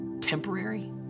temporary